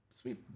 sweet